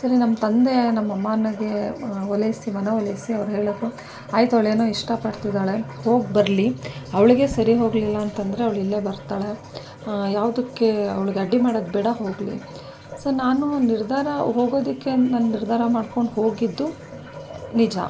ಸರಿ ನಮ್ಮ ತಂದೆ ನಮ್ಮಮ್ಮನಿಗೆ ಓಲೈಸಿ ಮನ ಒಲಿಸಿ ಅವ್ರು ಹೇಳಿದ್ರು ಆಯಿತು ಅವಳೇನೋ ಇಷ್ಟ ಪಡ್ತಿದ್ದಾಳೆ ಹೋಗಿ ಬರಲಿ ಅವಳಿಗೆ ಸರಿ ಹೋಗಲಿಲ್ಲ ಅಂತಂದ್ರೆ ಅವಳು ಇಲ್ಲೇ ಬರ್ತಾಳೆ ಯಾವುದಕ್ಕೆ ಅವ್ಳಿಗೆ ಅಡ್ಡಿ ಮಾಡೋದ್ಬೇಡ ಹೋಗಲಿ ಸರಿ ನಾನೂ ನಿರ್ಧಾರ ಹೋಗೋದಕ್ಕೆ ನಾನು ನಿರ್ಧಾರ ಮಾಡಿಕೊಂಡು ಹೋಗಿದ್ದು ನಿಜ